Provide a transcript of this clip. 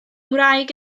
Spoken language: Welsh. ngwraig